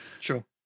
Sure